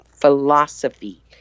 philosophy